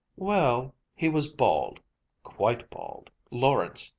well, he was bald quite bald lawrence,